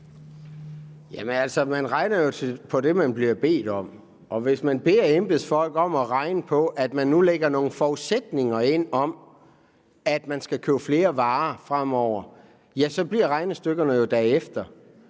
Jamen man regner jo på det, man bliver bedt om. Og hvis man beder embedsfolk om at regne på det, ved at de nu lægger nogle forudsætninger ind om, at der fremover skal købes flere varer, så bliver regnestykket jo derefter.